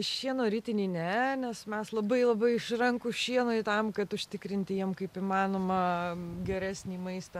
šieno ritinį ne nes mes labai labai išrankūs šienui tam kad užtikrinti jiem kaip įmanoma geresnį maistą